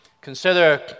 Consider